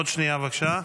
עוד שנייה, בבקשה.